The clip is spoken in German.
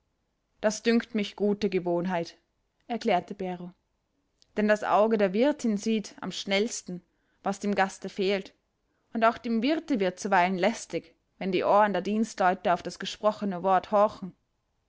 das dünkt mich gute gewohnheit erklärte bero denn das auge der wirtin sieht am schnellsten was dem gaste fehlt und auch dem wirte wird zuweilen lästig wenn die ohren der dienstleute auf das gesprochene wort horchen